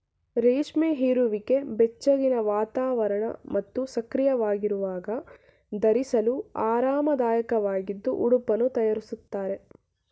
ರೇಷ್ಮೆ ಹೀರಿಕೊಳ್ಳುವಿಕೆ ಬೆಚ್ಚಗಿನ ವಾತಾವರಣ ಮತ್ತು ಸಕ್ರಿಯವಾಗಿರುವಾಗ ಧರಿಸಲು ಆರಾಮದಾಯಕವಾಗಿದ್ದು ಉಡುಪನ್ನು ತಯಾರಿಸ್ತಾರೆ